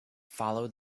follow